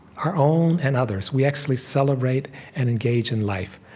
our own and others. we actually celebrate and engage in life.